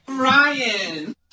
Ryan